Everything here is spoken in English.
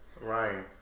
Ryan